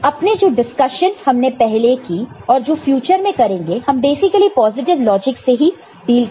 अपने जो डिस्कशन हमने पहले की और जो फ्यूचर में करेंगे हम बेसिकली पॉजिटिव लॉजिक से ही डील करेंगे